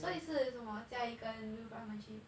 所以是什么 jia yi 跟 wilfred 他们去